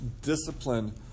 discipline